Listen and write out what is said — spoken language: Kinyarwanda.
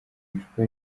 icupa